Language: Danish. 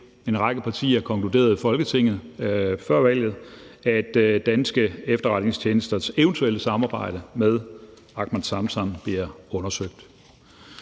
en række partier konkluderede i Folketinget før valget – at danske efterretningstjenesters eventuelle samarbejde med Ahmed Samsam bliver undersøgt.